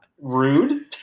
Rude